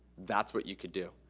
that's what you could do.